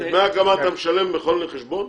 את דמי ההקמה אתה משלם בכל חשבון?